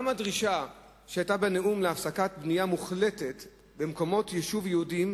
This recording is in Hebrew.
גם הדרישה שהיתה בנאום להפסקה מוחלטת של הבנייה במקומות יישוב יהודיים,